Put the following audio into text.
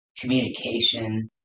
communication